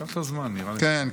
קח את הזמן, נראה לי שתצליח.